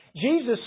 Jesus